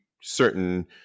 certain